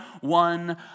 one